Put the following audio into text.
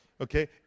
Okay